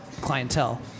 clientele